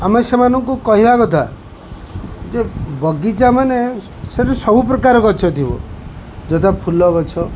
ଆମେ ସେମାନଙ୍କୁ କହିବା କଥା ଯେ ବଗିଚା ମାନେ ସେଠି ସବୁପ୍ରକାର ଗଛ ଥିବ ଯଥା ଫୁଲ ଗଛ